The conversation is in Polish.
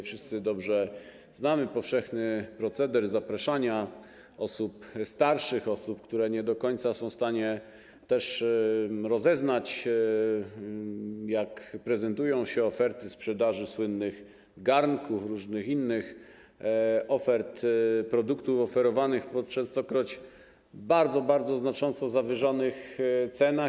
Wszyscy dobrze znamy powszechny proceder zapraszania osób starszych, osób, które nie do końca są w stanie rozeznać, jak prezentują się oferty sprzedaży słynnych garnków, różnych innych produktów oferowanych po częstokroć bardzo, bardzo znacząco zawyżonych cenach.